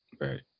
Right